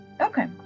Okay